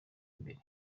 imbere